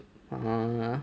err